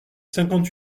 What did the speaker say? cinquante